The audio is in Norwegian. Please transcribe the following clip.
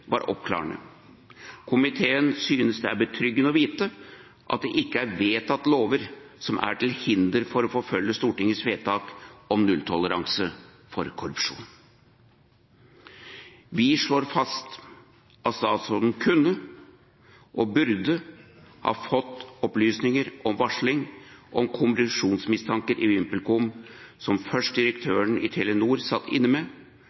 var oppklarende. Komiteen synes det er betryggende å vite at det ikke er vedtatt lover som er til hinder for å forfølge Stortingets vedtak om nulltoleranse for korrupsjon. Vi slår fast at statsråden kunne og burde ha fått opplysninger om varsling om korrupsjonsmistanker i VimpelCom, som først direktøren i Telenor satt inne med,